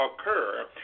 occur